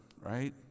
right